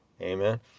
Amen